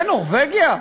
זה נורבגיה?